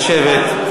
לשבת.